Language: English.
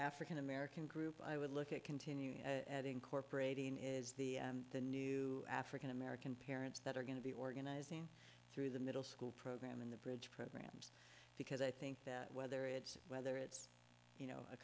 african american group i would look at continuing at incorporating is the new african american parents that are going to be organizing through the middle school program in the bridge program because i think that whether it's whether it's you know a